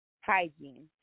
hygiene